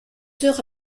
heures